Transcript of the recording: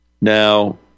Now